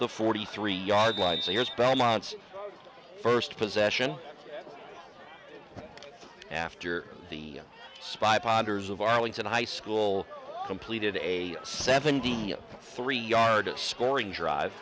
the forty three yard lives of years belmont's first possession after the spy ponders of arlington high school completed a seventy three yard scoring drive